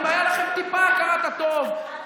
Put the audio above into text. אם הייתה לכם טיפה הכרת הטוב,